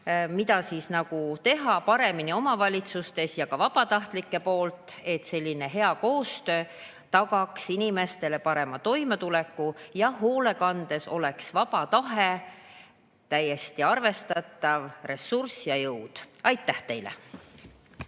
mida teha paremini omavalitsustes ja ka vabatahtlike poolt, et hea koostöö tagaks inimestele parema toimetuleku ja hoolekandes oleks vaba tahe täiesti arvestatav ressurss ja jõud. Aitäh teile!